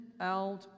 out